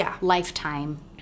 lifetime